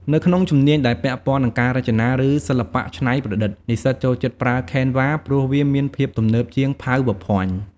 នៅក្នុងជំនាញដែលពាក់ព័ន្ធនឹងការរចនា ឬ សិល្បៈច្នៃប្រឌិត និស្សិតចូលចិត្តប្រើ Canva ព្រោះវាមានភាពទំនើបជាង PowerPoint។